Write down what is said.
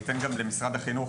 אני אתן גם למשרד החינוך